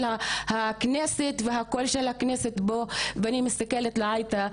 הכנסת והקול של הכנסת פה ואני מסתכלת לעאידה,